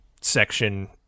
section